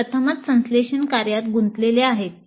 हे प्रथमच संश्लेषण कार्यात गुंतलेले आहे